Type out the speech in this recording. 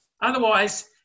Otherwise